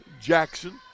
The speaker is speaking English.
Jackson